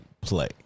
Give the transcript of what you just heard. Play